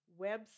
website